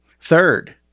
Third